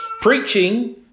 preaching